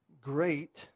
great